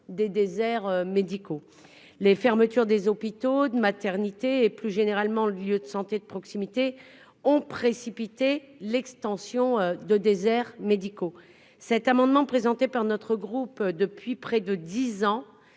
des déserts médicaux. Les fermetures des hôpitaux, de maternités et plus généralement de lieux de santé de proximité ont précipité l'extension des déserts médicaux. Cet amendement, présenté par notre groupe depuis près de dix ans,